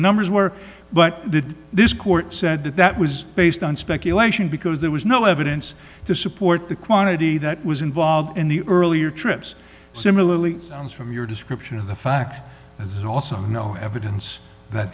numbers were but the this court said that that was based on speculation because there was no evidence to support the quantity that was involved in the earlier trips similarly and from your description of the fact also no evidence that